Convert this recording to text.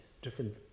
different